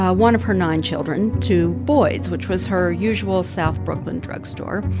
ah one of her nine children to boyd's, which was her usual south brooklyn drug store.